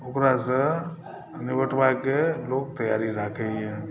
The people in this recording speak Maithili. ओकरासँ ओतबाके लोक तैआरी राखैए